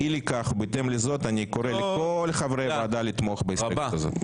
אי לכך ובהתאם לזאת אני קורא לכל חברי הוועדה לתמוך בהסתייגות הזו.